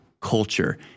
culture